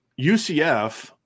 UCF